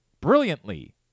brilliantly